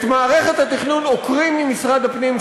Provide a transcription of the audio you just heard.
את מערכת התכנון עוקרים ממשרד הפנים,